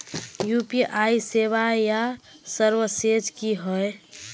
UPI सेवाएँ या services की होय?